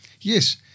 yes